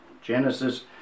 Genesis